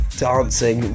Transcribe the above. dancing